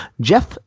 Jeff